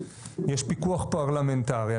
יש פיקוח פרלמנטרי,